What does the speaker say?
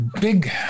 big